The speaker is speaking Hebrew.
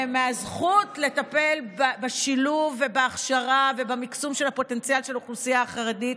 ומהזכות לטפל בשילוב ובהכשרה ובמקסום הפוטנציאל של האוכלוסייה החרדית